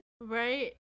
Right